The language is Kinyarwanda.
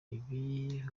ibi